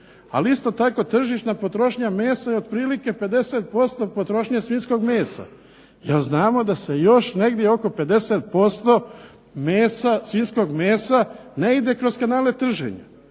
Ali isto tako tržišna potrošnja mesa je isto tako 50% od potrošnje svinjskog mesa, jer znamo da se još oko 50% mesa ne ide kroz kanale trženja.